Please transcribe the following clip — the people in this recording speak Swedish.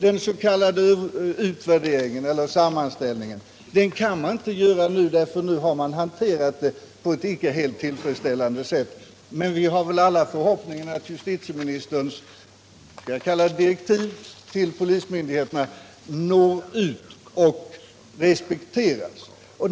Den s.k. utvärderingen eller sammanställningen kan man inte göra nu, därför att man har hanterat det på ett icke helt tillfredsställande sätt. Men vi har väl alla förhoppningen att justitieministerns skall jag kalla det direktiv till polismyndigheterna når ut och respekteras.